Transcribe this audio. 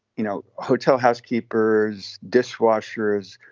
you know, hotel housekeepers, dishwashers,